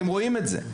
אתם רואים את זה,